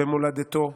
במולדתו,